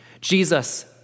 Jesus